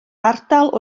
ardal